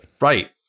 Right